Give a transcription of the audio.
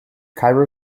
cairo